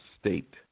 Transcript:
state